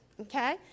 okay